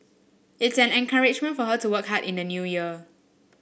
it's an encouragement for her to work hard in the New Year